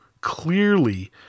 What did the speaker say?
Clearly